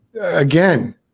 Again